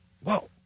whoa